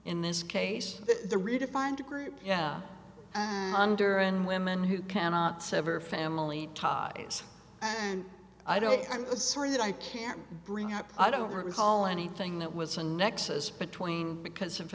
in this case the redefined group yeah under an women who cannot sever family ties and i don't i'm sorry that i can't bring up i don't recall anything that was a nexus between because if